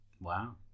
Wow